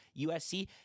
USC